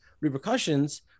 repercussions